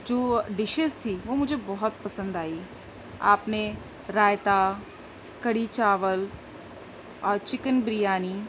جو ڈشز تھی وہ مجھے بہت پسند آئی آپ نے رائیتہ کڑھی چاول اور چکن بریانی